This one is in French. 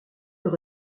nous